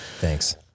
thanks